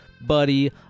buddy